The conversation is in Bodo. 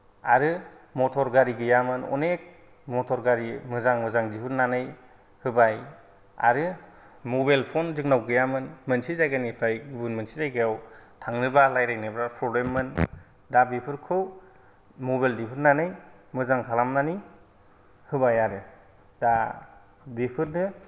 आरो मथर गारि गैयामोन अनेख मथर गारि मोजां मोजां दिहुननानै होबाय आरो मबाइल फन जोंनाव गैयामोन मोनसे जायगानिफ्राय गुबुन मोनसे जायगायाव थांनोबा रायलायनोबा प्रब्लेम मोन दा बेफोरखौ मबाइल दिहुननानै मोजां खालामनानै होबाय आरो दा बेफोरनो